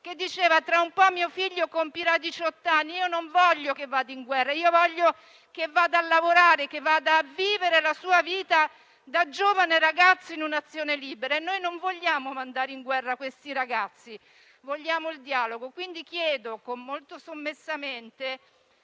che diceva: «Tra un po' mio figlio compirà diciott'anni. Io non voglio che vada in guerra, voglio che vada a lavorare e che vada a vivere la sua vita da giovane ragazzo in una Nazione libera». Noi non vogliamo mandare in guerra questi ragazzi, ma vogliamo il dialogo. Quindi chiedo alla Presidenza, molto sommessamente,